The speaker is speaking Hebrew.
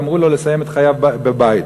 אמרו לו לסיים את חייו בבית.